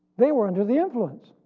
they were under the influence,